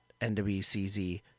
NWCZ